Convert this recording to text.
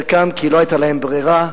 חלקם כי לא היתה להם ברירה.